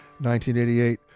1988